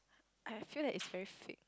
I feel that is very fake